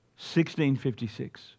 1656